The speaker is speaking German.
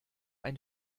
ein